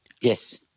Yes